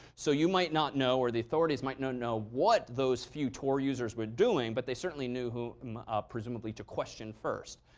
so you might not know, or the authorities might not know what those few tor users were doing. but they certainly knew who presumably to question first.